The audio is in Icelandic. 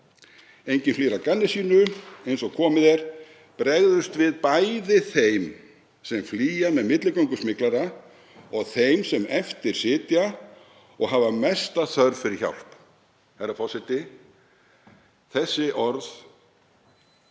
Enginn flýr að gamni sínu. Eins og komið er bregðumst við bæði þeim sem flýja með milligöngu smyglara og þeim sem eftir sitja og hafa mesta þörf fyrir hjálp. Herra